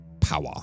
power